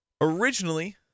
originally